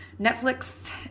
Netflix